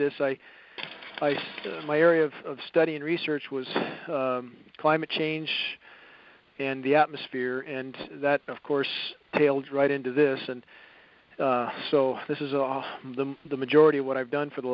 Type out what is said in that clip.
this i ice my area of study and research was climate change and the atmosphere and that of course tails right into this and so this is off the the majority what i've done for the